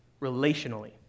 relationally